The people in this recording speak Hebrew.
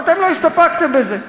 אבל אתם לא הסתפקתם בזה.